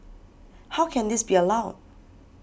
how can this be allowed